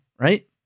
right